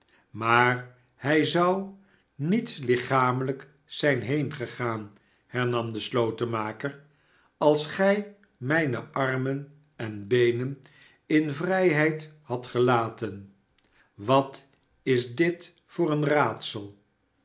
maar hij zou niet lichamelijk zijn heengegaan hernam de slotenmaker als gij mijne armen en beenen in vrijheid hadt gelaten wat is dit voor en raadsel